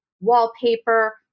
wallpaper